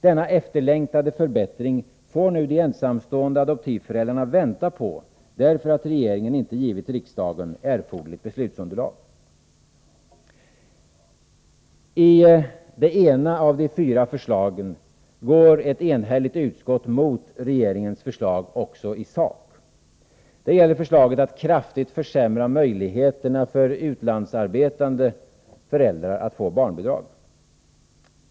Denna efterlängtade förbättring får nu de ensamstående adoptivföräldrarna vänta på, därför att regeringen inte givit riksdagen erforderligt beslutsunderlag. I det ena av de fyra förslagen går ett enhälligt utskott mot regeringens förslag också i sak. Det gäller förslaget att kraftigt försämra möjligheterna för utlandsarbetande föräldrar att få barnbidrag.